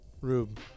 Rube